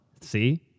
See